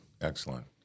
Excellent